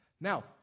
Now